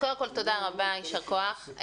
תודה רבה, יישר כוח.